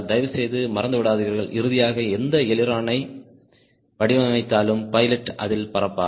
தயவுசெய்து மறந்துவிடாதீர்கள் இறுதியாக எந்த ஏர்பிளேனை airplane வடிவமைத்தாலும் பைலட் அதில் பறப்பார்